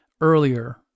earlier